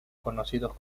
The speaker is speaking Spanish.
conocidos